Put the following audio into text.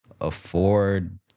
afford